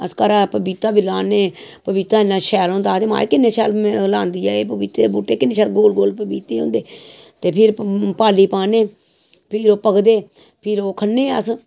अस घरा पपीता बी खाने पपीता इन्ना शैल होंदा ते माए किन्ने शैल लांदी ऐ पपीते एह् किन्ने शैल गोल गोल पपीते होंदे ते फिर पाल्ले पाने फिर ओह् पकदे फिर ओह् खन्ने अस